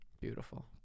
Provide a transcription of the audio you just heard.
Beautiful